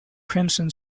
crimson